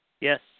Yes